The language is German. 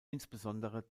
insbesondere